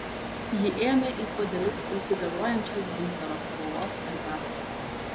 ji ėmė į puodelius pilti garuojančios gintaro spalvos arbatos